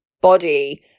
body